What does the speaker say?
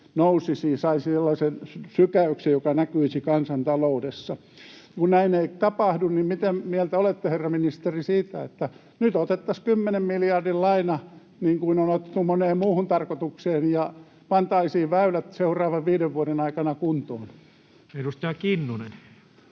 nousivat, saisivat sellaisen sykäyksen, joka näkyisi kansantaloudessa. Kun näin ei tapahdu, niin mitä mieltä olette, herra ministeri, siitä, että nyt otettaisiin 10 miljardin laina, niin kuin on otettu moneen muuhun tarkoitukseen, ja pantaisiin väylät seuraavan viiden vuoden aikana kuntoon? [Speech